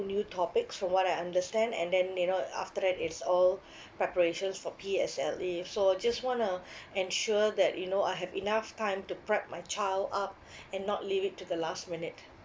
new topics from what I understand and then you know after that it's all preparations for P_S_L_E so just wanna ensure that you know I have enough time to prep my child up and not leave it to the last minute